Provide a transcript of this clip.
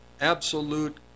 absolute